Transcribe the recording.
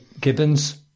gibbons